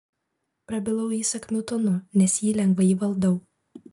prabilau įsakmiu tonu nes jį lengvai įvaldau